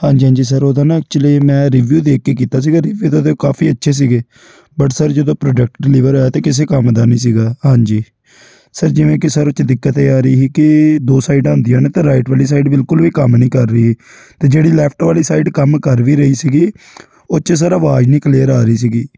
ਹਾਂਜੀ ਹਾਂਜੀ ਸਰ ਉਹਦਾ ਨਾ ਐਕਚੁਲੀ ਮੈਂ ਰਿਵਿਊ ਦੇਖ ਕੇ ਕੀਤਾ ਸੀਗਾ ਰਿਵਿਊ ਤਾਂ ਉਹਦੇ ਕਾਫੀ ਅੱਛੇ ਸੀਗੇ ਬਟ ਸਰ ਜਦੋਂ ਪ੍ਰੋਡਕਟ ਡਿਲੀਵਰ ਹੋਇਆ ਅਤੇ ਕਿਸੇ ਕੰਮ ਦਾ ਨਹੀਂ ਸੀਗਾ ਹਾਂਜੀ ਸਰ ਜਿਵੇਂ ਕਿ ਸਰ ਉਹਦੇ 'ਚ ਦਿੱਕਤ ਇਹ ਆ ਰਹੀ ਸੀ ਕਿ ਦੋ ਸਾਈਡਾਂ ਹੁੰਦੀਆਂ ਨੇ ਤਾਂ ਰਾਈਟ ਵਾਲੀ ਸਾਈਡ ਬਿਲਕੁਲ ਵੀ ਕੰਮ ਨਹੀਂ ਕਰ ਰਹੀ ਅਤੇ ਜਿਹੜੀ ਲੈਫਟ ਵਾਲੀ ਸਾਈਡ ਕੰਮ ਕਰ ਵੀ ਰਹੀ ਸੀਗੀ ਉਹਦੇ 'ਚ ਸਰ ਆਵਾਜ਼ ਨਹੀਂ ਕਲੀਅਰ ਆ ਰਹੀ ਸੀਗੀ